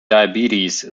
diabetes